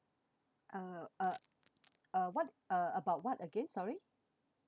uh uh uh what uh about what again sorry